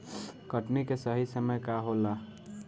कटनी के सही समय का होला?